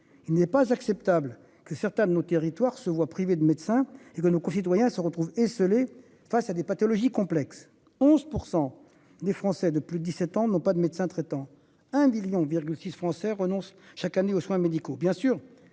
Il n'est pas acceptable que certains de nos territoires se voient privés de médecins et que nos concitoyens se retrouve esseulé face à des pathologies complexes. 11% des Français de plus 17 ans n'ont pas de médecin traitant. Un million, 6 Français renoncent chaque année aux soins médicaux.